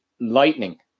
lightning